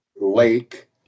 lake